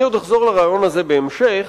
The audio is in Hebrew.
אני עוד אחזור לרעיון הזה בהמשך,